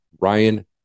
ryan